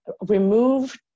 remove